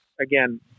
again